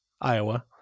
Iowa